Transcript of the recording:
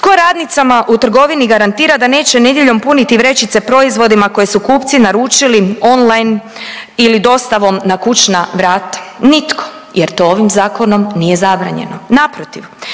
Tko radnicama u trgovini garantira da neće nedjeljom puniti vrećice proizvodima koje su kupci naručili online ili dostavom na kućna vrata, nitko jer to ovim zakonom nije zabranjeno. Naprotiv